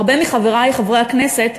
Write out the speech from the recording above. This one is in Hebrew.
הרבה מחברי חברי הכנסת,